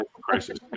crisis